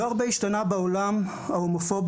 לא הרבה השתנה בעולם ההומופוביה,